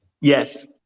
Yes